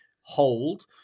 hold